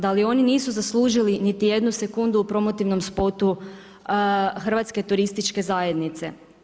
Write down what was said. Da li oni nisu zaslužili niti jednu sekundu u promotivnom spotu Hrvatske turističke zajednice?